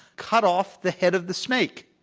cut off the head of the snake.